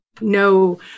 no